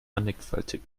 mannigfaltig